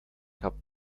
kap